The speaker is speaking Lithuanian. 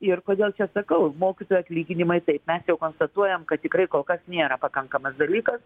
ir kodėl sakau mokytojų atlyginimai taip mes jau konstatuojam kad tikrai kol kas nėra pakankamas dalykas